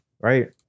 right